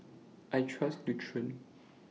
I Trust Nutren